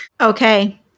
Okay